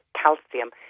calcium